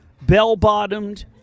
Bell-bottomed